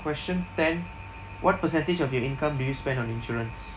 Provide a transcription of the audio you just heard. question ten what percentage of your income do you spend on insurance